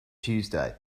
tuesday